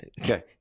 Okay